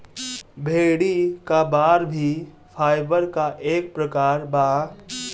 भेड़ी क बार भी फाइबर क एक प्रकार बा